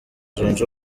zunze